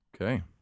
Okay